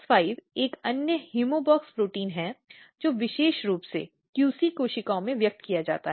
WOX5 एक अन्य homeobox protein है जो विशेष रूप से QC कोशिकाओं में व्यक्त किया जाता है